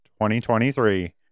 2023